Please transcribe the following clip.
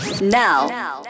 now